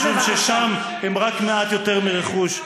משום ששם הן רק מעט יותר מרכוש?